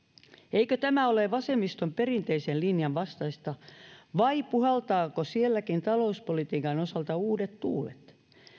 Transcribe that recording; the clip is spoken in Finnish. eikö tämä ole vasemmiston perinteisen linjan vastaista vai puhaltavatko sielläkin talouspolitiikan osalta uudet tuulet